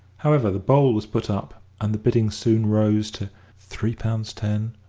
however, the bowl was put up, and the bidding soon rose to three pounds ten,